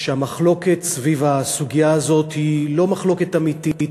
שהמחלוקת סביב הסוגיה הזאת היא לא מחלוקת אמיתית,